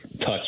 touch